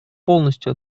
полностью